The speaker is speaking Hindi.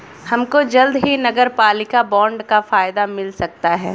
हमको जल्द ही नगरपालिका बॉन्ड का फायदा मिल सकता है